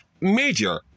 major